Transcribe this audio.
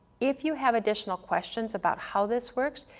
if you have additional questions about how this works,